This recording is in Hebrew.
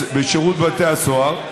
בשירות בתי הסוהר.